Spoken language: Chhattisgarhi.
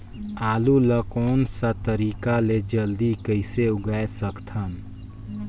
आलू ला कोन सा तरीका ले जल्दी कइसे उगाय सकथन?